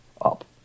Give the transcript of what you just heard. up